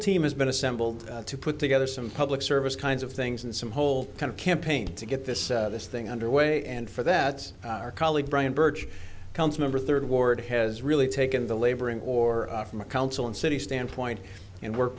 team has been assembled to put together some public service kinds of things and some whole kind of campaign to get this this thing underway and for that our colleague brian birch comes member third ward has really taken the laboring or from a council and city standpoint and work